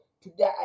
Today